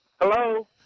Hello